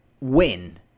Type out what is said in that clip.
win